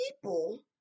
people